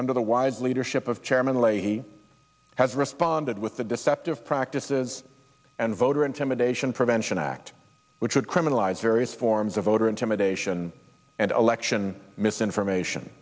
under the wide leadership of chairman leahy has responded with the deceptive practices and voter intimidation prevention act which would criminalize various forms of voter intimidation and election misinformation